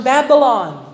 Babylon